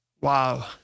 Wow